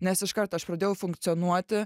nes iškart aš pradėjau funkcionuoti